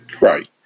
Right